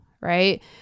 right